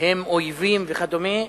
הם אויבים וכדומה,